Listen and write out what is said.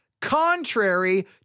contrary